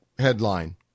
headline